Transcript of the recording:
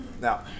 Now